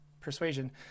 Persuasion